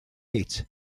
hit